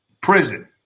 prison